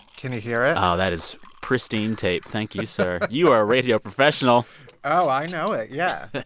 can you hear it? oh, that is pristine tape. thank you, sir. you are a radio professional oh, i know it, yeah